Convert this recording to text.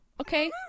okay